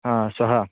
हा श्वः